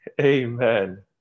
Amen